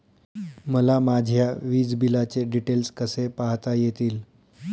मला माझ्या वीजबिलाचे डिटेल्स कसे पाहता येतील?